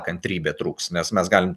kantrybė trūks mes mes galim